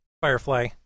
Firefly